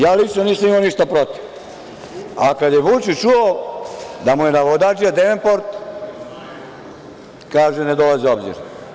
Ja lično nisam imao ništa protiv, a kad je Vučić čuo da mu je navodadžija Devenport, kaže – Ne dolazi u obzir.